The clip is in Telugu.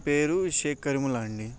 పేరు షేఖ్ కరీముల్లా అండి